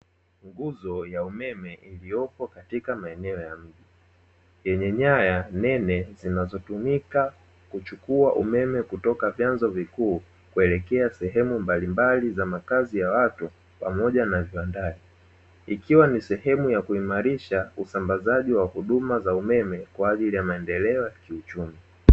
Nguzo ya umeme iliyopo katika maeneo ya mji yenye nyaya nene zinazotumika kuchukua umeme kutoka vyanzo vikuu, kuelekea sehemu mbalimbali za makazi ya watu pamoja na viwandani ikiwa ni sehemu ya kuimalisha usambazaji wa huduma za umeme kwa ajili ya maendeleo ya kiuchumi.